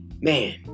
Man